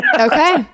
Okay